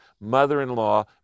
mother-in-law